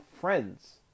friends